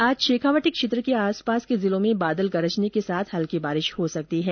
आज शेखावाटी क्षेत्र के आसपास के जिलों में बादल गरजने के साथ हल्की बारिश हो सकती है